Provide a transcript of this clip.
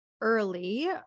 early